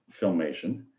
Filmation